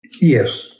Yes